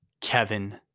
Kevin